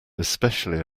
especially